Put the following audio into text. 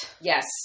Yes